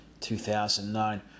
2009